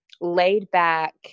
laid-back